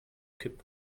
kipp